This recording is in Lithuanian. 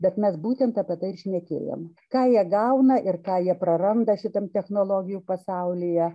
bet mes būtent apie tai ir šnekėjom ką jie gauna ir ką jie praranda šitam technologijų pasaulyje